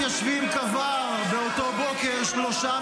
מתיישבים גם קברו --- הוא גם שלך.